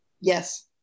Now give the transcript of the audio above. Yes